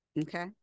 okay